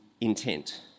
intent